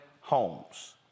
homes